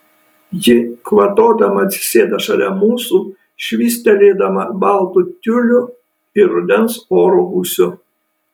ji kvatodama atsisėda šalia mūsų švystelėdama baltu tiuliu ir rudens oro gūsiu